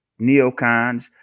neocons